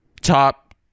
top